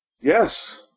yes